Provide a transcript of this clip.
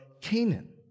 Canaan